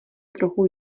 trochu